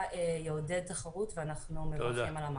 יעודד תחרות ואנחנו מברכים על המהלך.